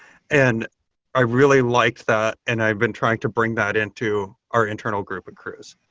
and i really liked that and i've been trying to bring that into our internal group at cruise.